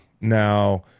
Now